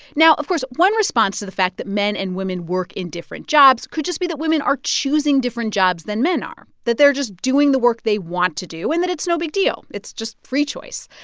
now, of course, one response to the fact that men and women work in different jobs could just be that women are choosing different jobs than men are, that they're just doing the work they want to do and that it's no big deal. it's just free choice.